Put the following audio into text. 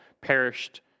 perished